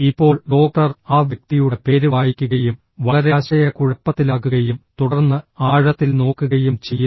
ഇപ്പോൾ ഡോക്ടർ ആ വ്യക്തിയുടെ പേര് വായിക്കുകയും വളരെ ആശയക്കുഴപ്പത്തിലാകുകയും തുടർന്ന് ആഴത്തിൽ നോക്കുകയും ചെയ്യുന്നു